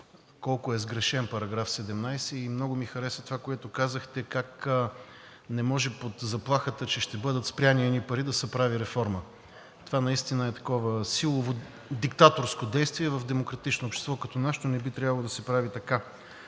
колко е сгрешен § 17 и много ми хареса това, което казахте, как не може под заплахата, че ще бъдат спрени един пари, да се прави реформа. Това наистина е такова силово, диктаторско действие. В демократично общество като нашето не би трябвало да се прави така.